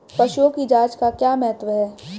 पशुओं की जांच का क्या महत्व है?